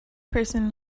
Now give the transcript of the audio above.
person